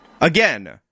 Again